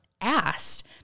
asked